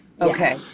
Okay